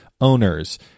owners